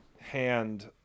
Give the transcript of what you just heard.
hand